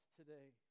today